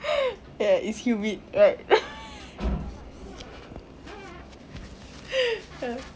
it's humid right